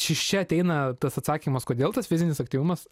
iš čia ateina tas atsakymas kodėl tas fizinis aktyvumas